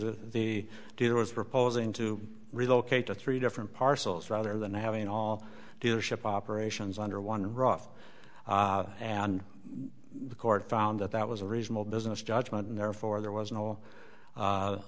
of the deal was proposing to relocate to three different parcels rather than having all dealership operations under one rough and the court found that that was a reasonable business judgment and therefore there was no